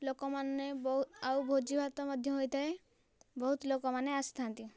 ଲୋକମାନେ ବହୁତ ଆଉ ଭୋଜିଭାତ ମଧ୍ୟ ହୋଇଥାଏ ବହୁତ ଲୋକମାନେ ଆସିଥାଆନ୍ତି